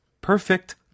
perfect